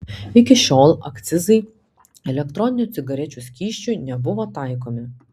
iki šiol akcizai elektroninių cigarečių skysčiui nebuvo taikomi